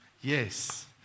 Yes